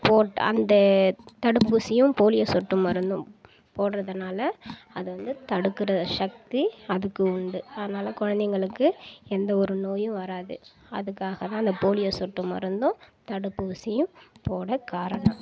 போட்டு அந்த தடுப்பூசியும் போலியோ சொட்டு மருந்தும் போடுறதுனால அது வந்து தடுக்கிற சக்தி அதுக்கு உண்டு அதனால குழந்தைங்களுக்கு எந்த ஒரு நோயும் வராது அதுக்காக தான் அந்த போலியோ சொட்டு மருந்தும் தடுப்பூசியும் போட காரணம்